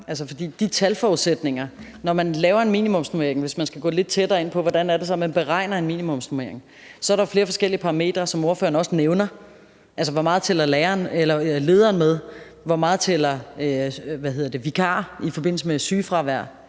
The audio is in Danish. model frem. For når man laver en minimunsnormering – hvis man skal gå lidt tættere ind på, hvordan det så er man beregner en minimumsnormering – så er der jo flere forskellige parametre, hvad ordføreren også nævner. Altså hvor meget tæller lederen med, hvor meget tæller vikarer i forbindelse med et sygefravær